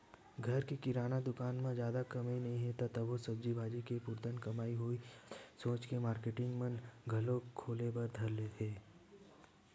घर के किराना दुकान म जादा कमई नइ हे तभो सब्जी भाजी के पुरतन कमई होही जाथे सोच के मारकेटिंग मन घलोक खोले बर धर ले हे